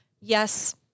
yes